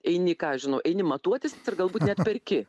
eini ką žinau eini matuotis ir galbūt net perki